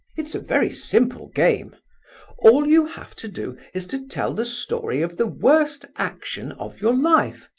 it's a very simple game all you have to do is to tell the story of the worst action of your life.